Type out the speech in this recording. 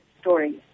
stories